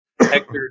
Hector